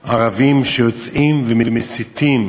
ערבים, שיוצאים ומסיתים